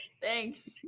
thanks